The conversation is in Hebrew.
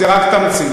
זה רק תמצית.